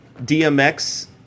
DMX